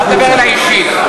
אל תדבר אלי אישית.